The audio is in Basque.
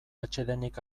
atsedenik